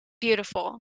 beautiful